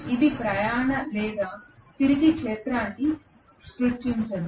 ఇది ప్రయాణ లేదా తిరిగే క్షేత్రాన్ని సృష్టించదు